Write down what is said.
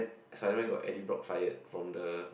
Spider-Man got Eddie-Brock fired from the